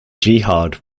jihad